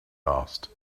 asked